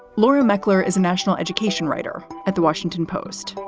laura meckler is a national education writer at the washington post.